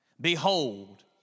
behold